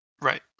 Right